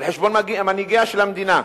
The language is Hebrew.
על-חשבון מנהיגיה של המדינה,